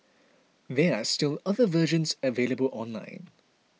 there are still other versions available online